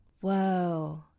Whoa